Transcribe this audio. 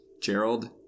Gerald